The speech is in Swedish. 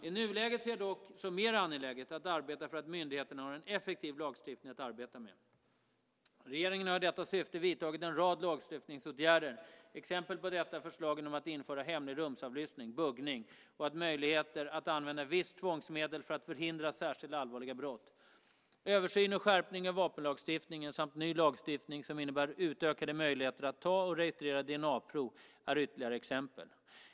I nuläget ser jag det dock som mer angeläget att arbeta för att myndigheterna har en effektiv lagstiftning att arbeta med. Regeringen har i detta syfte vidtagit en rad lagstiftningsåtgärder. Exempel på detta är förslagen om att införa hemlig rumsavlyssning, buggning, och möjligheter att använda vissa tvångsmedel för att förhindra särskilt allvarliga brott. Översyn och skärpning av vapenlagstiftningen samt ny lagstiftning som innebär utökade möjligheter att ta och registrera dna-prov är ytterligare exempel.